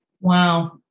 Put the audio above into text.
Wow